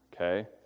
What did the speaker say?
okay